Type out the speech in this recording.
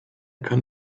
kann